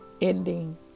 ending